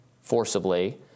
forcibly